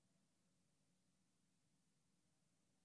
נוכחת